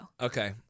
Okay